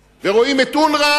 וכבר יש תמונות, ורואים את אונר"א,